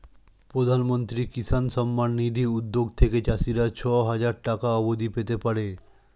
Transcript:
প্রধানমন্ত্রী কিষান সম্মান নিধি উদ্যোগ থেকে চাষিরা ছয় হাজার টাকা অবধি পেতে পারে